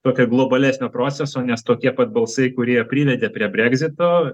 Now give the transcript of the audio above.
tokio globalesnio proceso nes tokie pat balsai kurie privedė prie brekzito